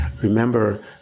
remember